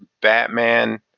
Batman